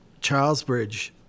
Charlesbridge